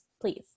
please